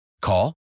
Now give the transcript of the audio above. Call